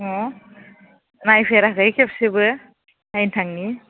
अ नायफेराखै खेबसेबो नायनो थांनि